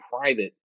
private